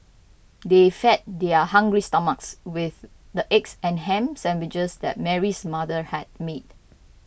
they fed their hungry stomachs with the eggs and ham sandwiches that Mary's mother had made